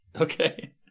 okay